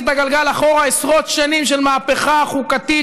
את הגלגל אחורה עשרות שנים של מהפכה חוקתית,